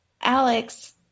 Alex